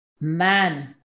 Man